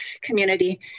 community